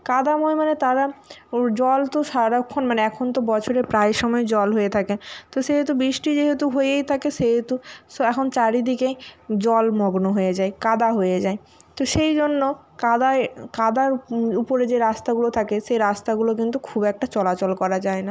কাদাময় মানে তারা ও জল তো সারাক্ষণ মানে এখন তো বছরের প্রায় সময় জল হয়ে থাকে তো সেহেতু বৃষ্টি যেহেতু হয়েই থাকে সেহেতু এখন চারিদিকে জল মগ্ন হয়ে যায় কাদা হয়ে যায় তো সেই জন্য কাদায় কাদার উপরে যে রাস্তাগুলো থাকে সেই রাস্তাগুলো কিন্তু খুব একটা চলাচল করা যায় না